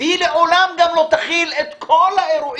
והיא לעולם גם לא תכיל את כל האירועים,